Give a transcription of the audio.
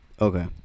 okay